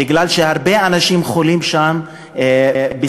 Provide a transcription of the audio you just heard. בגלל שהרבה אנשים חולים שם בסרטן.